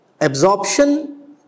Absorption